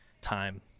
time